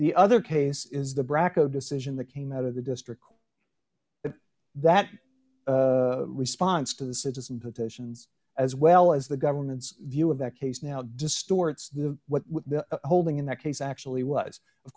the other case is the bracco decision that came out of the district that response to the citizen petitions as well as the government's view of the case now distorts the holding in that case actually was of